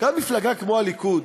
גם מפלגה כמו הליכוד,